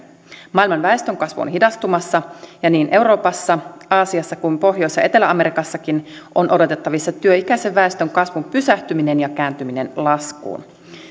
maailman väestönkasvu on hidastumassa ja niin euroopassa aasiassa kuin pohjois ja etelä amerikassakin on odotettavissa työikäisen väestön kasvun pysähtyminen ja kääntyminen laskuun